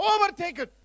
overtaken